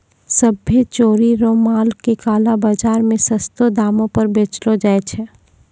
सभ्भे चोरी रो माल के काला बाजार मे सस्तो दामो पर बेचलो जाय छै